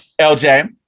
LJ